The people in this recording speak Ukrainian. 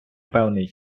певний